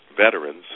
veterans